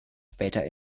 später